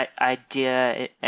idea